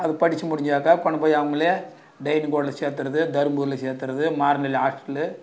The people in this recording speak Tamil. அது படித்து முடிஞ்சாக்கா கொண்டுப்போய் அவங்கள சேத்துடுறது தருமபுரியில் சேத்துடுறது மாருமில்லி ஹாஸ்டல்